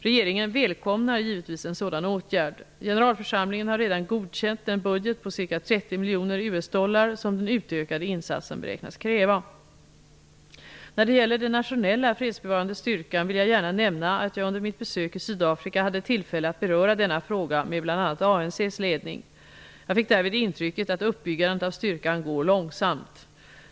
Regeringen välkomnar givetvis en sådan åtgärd. Generalförsamlingen har redan godkänt den budget på ca 30 miljoner US dollar som den utökade insatsen beräknas kräva. När det gäller den nationella fredsbevarande styrkan vill jag gärna nämna att jag under mitt besök i Sydafrika hade tillfälle att beröra denna fråga med bl.a. ANC:s ledning. Jag fick därvid intrycket att uppbyggandet av styrkan går långsamt.